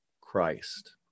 Christ